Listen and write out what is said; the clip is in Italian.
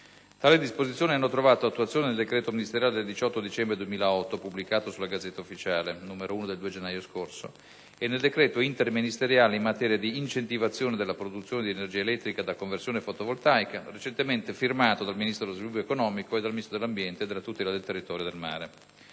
Tali disposizioni hanno trovato attuazione nel decreto ministeriale del 18 dicembre 2008, pubblicato sulla *Gazzetta Ufficiale* n. 1 del 2 gennaio scorso e, nel decreto interministeriale, in materia di incentivazione della produzione di energia elettrica da conversione fotovoltaica, recentemente firmato dal Ministro dello sviluppo economico e dal Ministro dell'ambiente e della tutela del territorio e del mare.